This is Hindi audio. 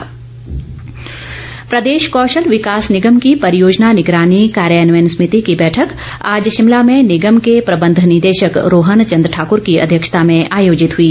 बैठक प्रदेश कौशल विकास निगम की परियोजना निगरानी कार्यान्वयन समिति की बैठक आज शिमला में निगम के प्रबंध निदेशक रोहन चंद ठाकुर की अध्यक्षता में आयोजित हुई